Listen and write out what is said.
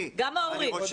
גם ההורים.